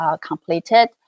completed